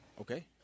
Okay